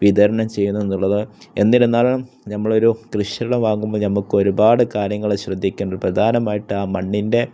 വിതരണം ചെയ്യുന്നു എന്നുള്ളത് എന്നിരുന്നാലും നമ്മൾ ഒരു കൃഷി ഇടം വാങ്ങുമ്പോൾ നമുക്ക് ഒരുപാട് കാര്യങ്ങൾ ശ്രദ്ധിക്കേണ്ടത് പ്രധാനമായിട്ട് ആ മണ്ണിൻ്റെ